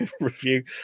review